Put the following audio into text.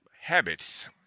habits